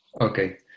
Okay